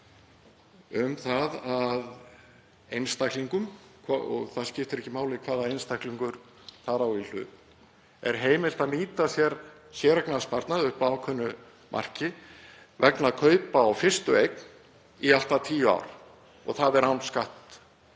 um að einstaklingum — og það skiptir ekki máli hvaða einstaklingur þar á í hlut — sé heimilt að nýta sér séreignarsparnað upp að ákveðnu marki vegna kaupa á fyrstu eign í allt að tíu ár og það er án